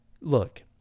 look